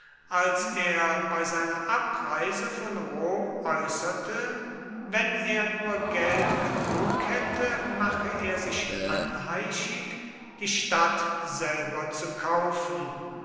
als er bei seiner abreise von rom äußerte wenn er nur geld genug hätte mache er sich anheischig die stadt selber zu kaufen